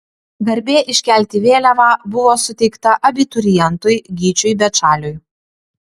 garbė iškelti vėliavą buvo suteikta abiturientui gyčiui bečaliui